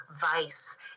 vice